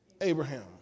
Abraham